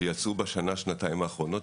שיצאו בשנה-שנתיים האחרונות.